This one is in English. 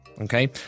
okay